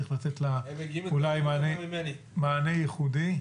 צריך לתת לה אולי מענה ייחודי.